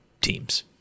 teams